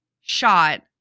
shot